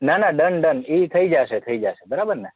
ના ના done done એ થઈ જશે થઈ જશે બરાબર ને